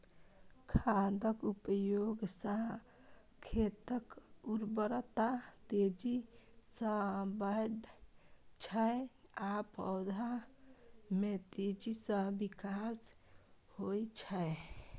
खादक उपयोग सं खेतक उर्वरता तेजी सं बढ़ै छै आ पौधा मे तेजी सं विकास होइ छै